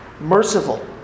merciful